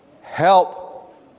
Help